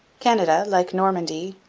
canada, like normandy,